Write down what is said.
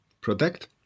protect